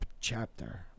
chapter